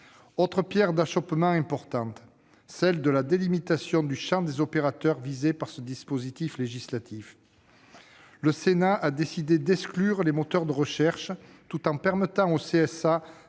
Autre pierre d'achoppement importante, la délimitation du champ des opérateurs visés par ce dispositif législatif. Le Sénat a décidé d'exclure les moteurs de recherche, tout en permettant au CSA